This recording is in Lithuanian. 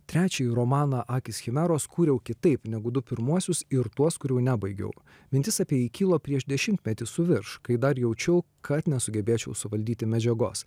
trečiąjį romaną akys chimeros kūriau kitaip negu du pirmuosius ir tuos kurių nebaigiau mintis apie jį kilo prieš dešimtmetį su virš kai dar jaučiau kad nesugebėčiau suvaldyti medžiagos